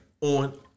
on